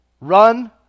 run